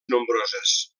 nombroses